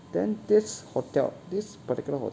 then this hotel this particular hotel